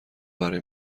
برای